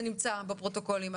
זה נמצא בפרוטוקולים,